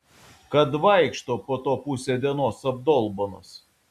kad vaikšto po to pusę dienos abdolbanas